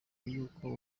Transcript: y’uko